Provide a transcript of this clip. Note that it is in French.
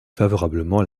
favorablement